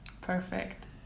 perfect